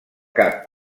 cap